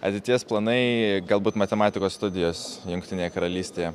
ateities planai galbūt matematikos studijos jungtinėje karalystėje